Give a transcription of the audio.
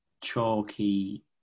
chalky